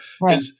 Right